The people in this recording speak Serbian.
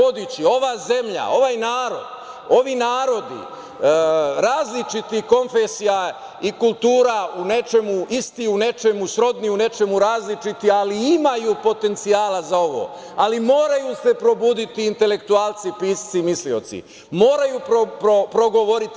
Ova zemlja, ovaj narod, ovi narodi različitih konfesija i kultura u nečemu isti, u nečemu srodni, u nečemu različiti, ali imaju potencijala za ovo, ali moraju se probuditi intelektualci, pisci i mislioci, moraju progovoriti.